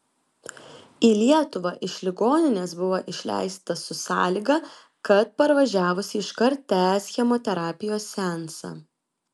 į lietuvą iš ligoninės buvo išleista su sąlyga kad parvažiavusi iškart tęs chemoterapijos seansą